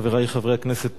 חברי חברי הכנסת,